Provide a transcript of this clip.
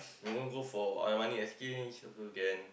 you want go Armani-Exchange also can